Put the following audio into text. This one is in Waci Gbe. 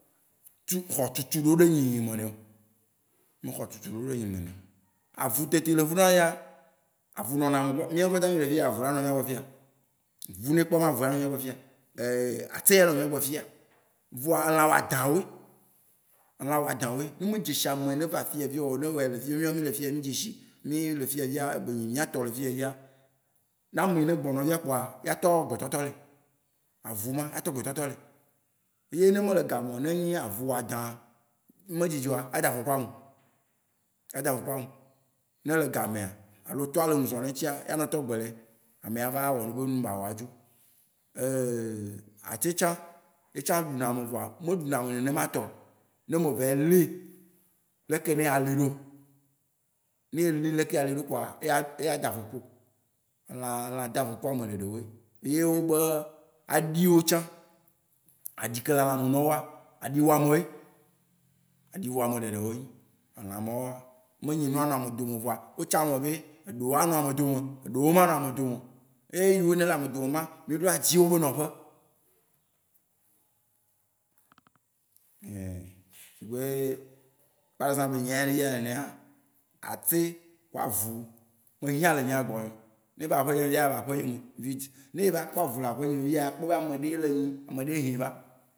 Tu- xɔ tutuɖo ɖe nyĩnyĩ me nɛo. Ome xɔ tutuɖo ɖe nyĩnyĩ me nɛo. Avu teti le funua ya, avu nɔna ame gbɔ. Mía kpata mí le fiyaa, avu la nɔ mía gbɔ fiya. Avu yine ekpɔ má avu la nɔ mía gbɔ fiya. atse anɔ mía gbɔ fiya. Vɔa elã wɔ adã wóe. Elã wɔa dã wóe. Ne wóme dze si ame yine vaa fiya fia oa, ne woea ele fima, mía woea mile fiya mí dze shi, míle fiya fia, be nyi mía tɔ le fiya fia, ne ame yine gbonɔ fia kpoa, eyea atɔ gbe tɔtɔ nee. Avu má atɔ gbe tɔtɔ nee. Eye ne mele game oa, ne enye avu wɔ adã, me dzidzi oa, ado afɔku ame. Ado afɔku ame. Ne ele game, alo tɔa le nudzɔ le eŋutsi aa, anɔ tɔ gbe nee. Amea ava awɔ yebe nu yi wòa wòa ádzó. atse tsã, yetsã ɖu na ame vɔa, me ɖu na ame nenema tɔ ne meva yi lii le ke ne alii ɖo. Ne elii le ke alii ɖo kpoa eya do afɔku wò. Elã, elã do afɔku ame ɖɛɖɛ wóe. Eye wóbe aɖi wó tsã, aɖi ke le lã me ne wóa, aɖi wu ame wóe. Aɖi wu ame ɖeɖe wó nyi. Elã má wóa, me nyi nu anɔ ame dome oo vɔa, otsã me be eɖewó anɔ ame dome, eɖewó ma anɔ ame dome o. Eye eyi wó nele ame dome má, mi ɖo la dzi wóbe nɔƒe. si be par exemple enye ya fia nenea, atse kple avu wó hiã le nyea gbɔ nye. Ne eva aƒe nye me fia, ele aƒe nye me, vite. Ne eva Kpɔ avu le aƒe nye me fia, akpɔ be ame ɖee le enyim. Ame ɖee ye va.